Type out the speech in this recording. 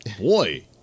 boy